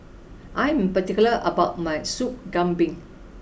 I am particular about my Sup Kambing